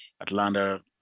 Atlanta